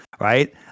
right